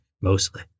Mostly